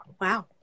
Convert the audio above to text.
Wow